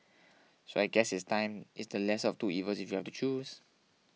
so I guess it's time it's the lesser of two evils if you have to choose